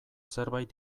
zerbait